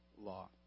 law